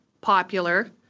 popular